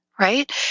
right